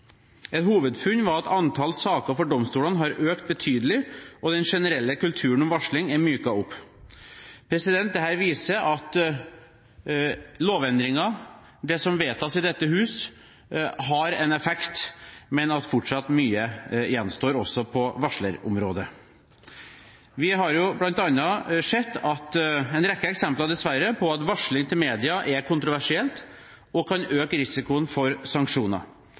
Et hovedfunn var at antall saker for domstolene har økt betydelig, og den generelle kulturen for varsling er myket opp. Dette viser at lovendringer – det som vedtas i dette hus – har en effekt, men at mye fortsatt gjenstår, også på varslerområdet. Vi har bl.a. dessverre sett en rekke eksempler på at varsling til media er kontroversielt og kan øke risikoen for sanksjoner.